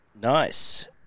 Nice